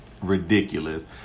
ridiculous